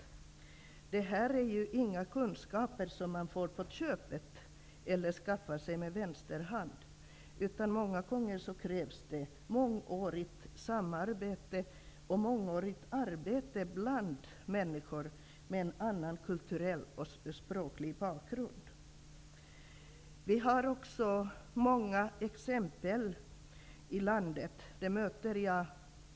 De kunskaper som erfordras är ju inte sådana som man får på köpet eller skaffar sig med vänster hand, utan för att få dessa krävs det många gånger ett mångårigt arbete bland och ett samarbete med människor med en annan kulturell och språklig bakgrund. Vi har också många exempel i landet.